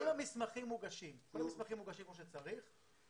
אם המסמכים מוגשים כמו שצריך.